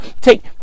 take